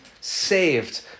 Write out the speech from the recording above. Saved